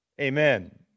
Amen